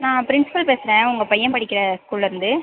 நான் பிரின்ஸ்பல் பேசுகிறேன் உங்கள் பையன் படிக்கிற ஸ்கூல்லிருந்து